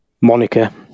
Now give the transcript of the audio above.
Monica